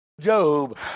Job